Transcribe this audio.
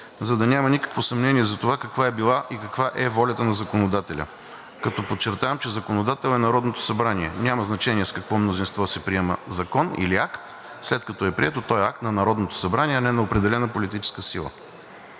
за да няма никакво съмнение за това каква е била и каква е волята е законодателя, като подчертавам, че законодателят е Народното събрание. Няма значение с какво мнозинство се приема закон или акт. След като е приет, той е акт на Народното събрание, а не на определена политическа сила.